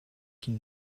qu’il